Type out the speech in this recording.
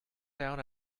down